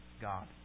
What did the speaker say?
God